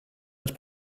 het